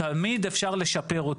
תמיד אפשר לשפר אותו,